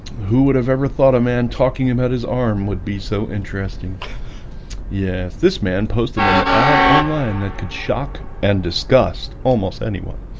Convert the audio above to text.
who would have ever thought a man talking about his arm would be so interesting yes this man posted an ad online that could shock and disgust almost anyone